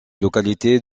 localité